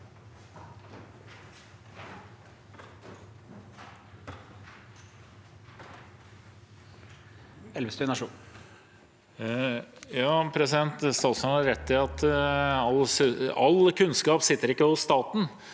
Statsråden har rett i at all kunnskap ikke sitter hos staten,